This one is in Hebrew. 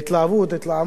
התלהמות גדולה,